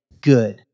good